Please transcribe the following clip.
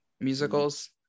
musicals